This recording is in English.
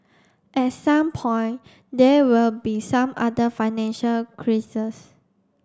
at some point there will be some other financial